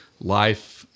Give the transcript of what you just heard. life